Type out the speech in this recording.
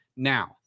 Now